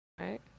right